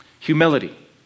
Humility